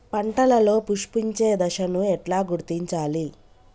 పంటలలో పుష్పించే దశను ఎట్లా గుర్తించాలి?